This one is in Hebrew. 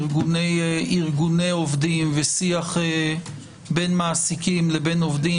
ארגוני עובדים ושיח בין מעסיקים לעובדים